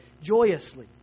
joyously